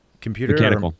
Computer